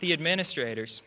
the administrators